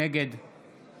נגד